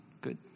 good